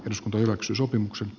jos hyväksyy sopimuksen j